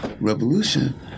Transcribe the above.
Revolution